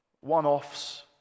one-offs